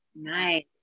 Nice